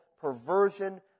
perversion